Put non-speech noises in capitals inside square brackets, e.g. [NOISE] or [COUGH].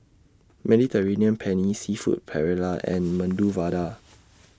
Mediterranean Penne Seafood Paella and [NOISE] Medu Vada